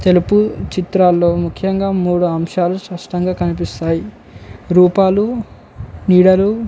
తెలుపు చిత్రాల్లో ముఖ్యంగా మూడు అంశాలు స్పష్టంగా కనిపిస్తాయి రూపాలు నీడలు